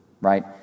right